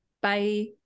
Bye